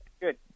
Good